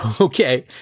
Okay